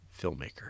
filmmaker